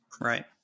Right